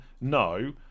no